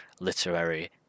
literary